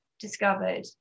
discovered